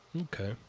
Okay